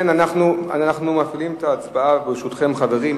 אנחנו מפעילים את ההצבעה, ברשותכם, חברים.